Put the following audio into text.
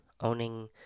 owning